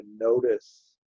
notice